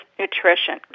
nutrition